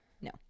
no